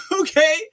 okay